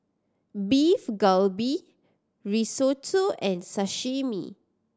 Beef Galbi Risotto and Sashimi